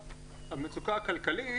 וכך הם נקלעים למצוקה כלכלית